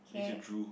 means you drool